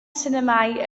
sinemâu